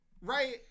Right